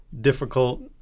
difficult